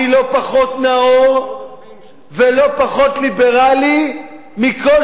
אני לא פחות נאור ולא פחות ליברלי מכל